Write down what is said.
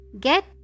get